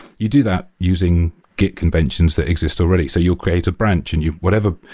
you do that using git conventions that exist already. so you'll create a branch and you whatever.